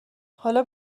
حال